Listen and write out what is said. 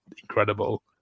incredible